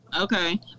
okay